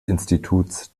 instituts